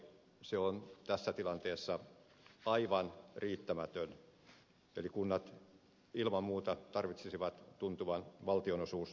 se on tässä tilanteessa aivan riittämätöntä eli kunnat ilman muuta tarvitsisivat tuntuvan valtionosuuslisäyksen